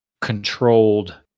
controlled